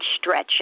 stretch